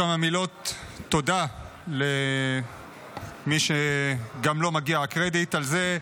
כמה מילות תודה למי שגם לו מגיע הקרדיט על זה.